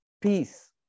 peace